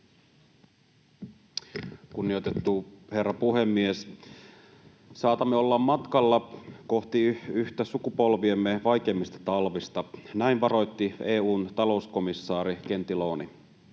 Kunnioitettu herra puhemies! Saatamme olla matkalla kohti yhtä sukupolviemme vaikeimmista talvista, näin varoitti EU:n talouskomissaari Gentiloni.